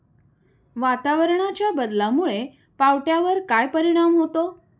वातावरणाच्या बदलामुळे पावट्यावर काय परिणाम होतो?